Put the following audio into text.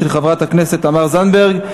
של חברת הכנסת תמר זנדברג,